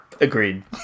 Agreed